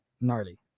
gnarly